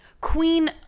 Queen